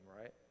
right